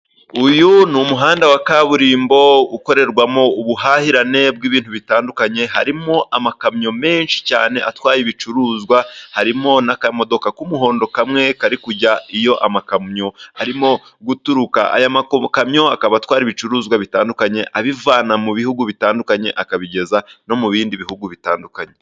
Uyu ni umuhanda wa kaburimbo ukorerwamo ubuhahirane bw’ibintu bitandukanye, harimo amakamyo menshi cyane atwaye ibicuruzwa, harimo n’akamodoka k’umuhondo kamwe kari kujya iyo amakamyo arimo guturuka. Aya makamyo akaba atwara ibicuruzwa bitandukanye, abivana mu bihugu bitandukanye, akabigeza no mu bindi bihugu bitandukanye.